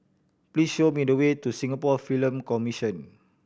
please show me the way to Singapore Film Commission